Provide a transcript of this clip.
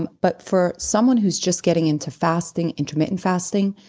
and but for someone who's just getting into fasting intermittent fasting,